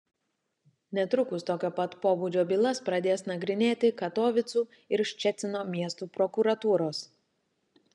netrukus tokio pat pobūdžio bylas pradės nagrinėti katovicų ir ščecino miestų prokuratūros